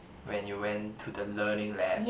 when you went to the learning lab